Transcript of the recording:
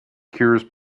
cures